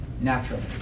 naturally